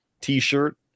t-shirt